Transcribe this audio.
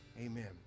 Amen